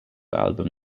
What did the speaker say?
album